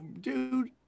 dude